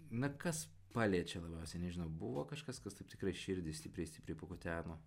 na kas paliečia labiausiai nežinau buvo kažkas kas taip tikrai širdį stipriai stipriai pakuteno